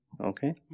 Okay